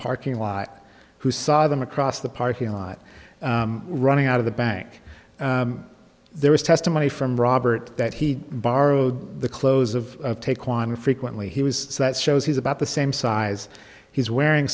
parking lot who saw them across the parking lot running out of the bank there was testimony from robert that he borrowed the clothes of take wanna frequently he was so that shows he's about the same size he's wearing